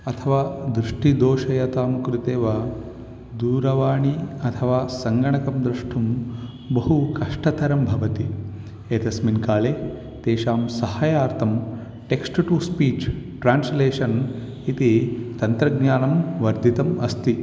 अथवा दृष्टिदोषयुतां कृते वा दूरवाणीम् अथवा सङ्गणकं द्रष्टुं बहु कष्टतरं भवति एतस्मिन् काले तेषां सहायार्थं टेक्स्ट् टु स्पीच् ट्रान्स्लेशन् इति तन्त्रज्ञानं वर्धितम् अस्ति